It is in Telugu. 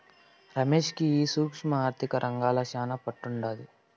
రమేష్ కి ఈ సూక్ష్మ ఆర్థిక రంగంల శానా పట్టుండాది